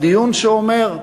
בדיון שאומר: